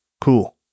Cool